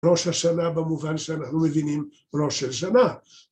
ראש השנה במובן שאנחנו מבינים ראש של שנה.